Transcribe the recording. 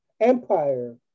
Empire